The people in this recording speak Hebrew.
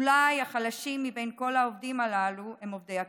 אולם החלשים מכל העובדים הללו הם עובדי הקבלן.